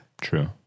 True